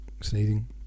sneezing